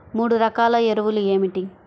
మూడు రకాల ఎరువులు ఏమిటి?